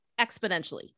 exponentially